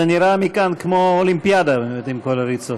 זה נראה מכאן כמו אולימפיאדה עם כל הריצות.